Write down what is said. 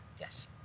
Yes